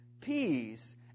peace